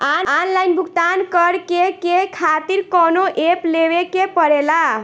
Online भुगतान करके के खातिर कौनो ऐप लेवेके पड़ेला?